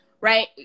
right